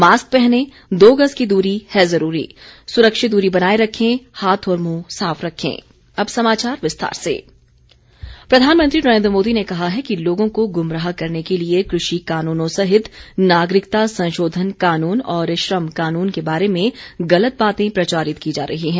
mask पहनें दो गज दूरी है जरूरी सुरक्षित दूरी बनाये रखें हाथ और मुंह साफ रखें अब समाचार विस्तार से भाजपा स्थापना दिवस प्रधानमंत्री नरेन्द्र मोदी ने कहा है कि लोगों को गुमराह करने के लिए कृषि कानूनों सहित नागरिकता संशोधन कानून और श्रम कानून के बारे में गलत बातें प्रचारित की जा रही हैं